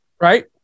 Right